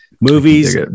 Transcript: Movies